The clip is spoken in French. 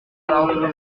pas